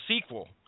sequel